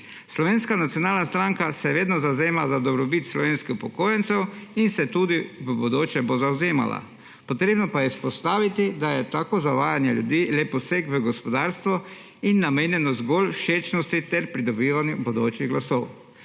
Slovenska nacionalna stranka se vedno zavzema za dobrobit slovenskih upokojencev in se bo tudi v bodoče zavzemala. Potrebno pa je izpostaviti, da je tako zavajanje ljudi le poseg v gospodarstvo in namenjeno zgolj všečnosti ter pridobivanju bodočih glasov.